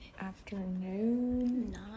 afternoon